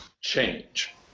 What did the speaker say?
change